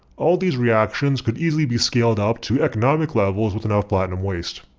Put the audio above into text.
all these reactions could easily be scaled up to economical levels with enough platinum waste.